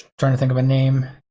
trying to think of a name.